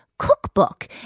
cookbook